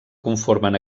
conformen